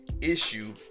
issue